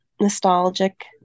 nostalgic